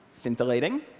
scintillating